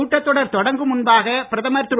கூட்டத் தொடர் தொடங்கும் முன்பாக பிரதமர் திரு